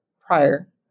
prior